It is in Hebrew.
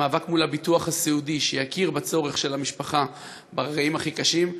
המאבק מול הביטוח הסיעודי שיכיר בצורך של המשפחה ברגעים הכי קשים,